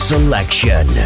Selection